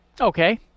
Okay